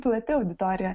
plati auditorija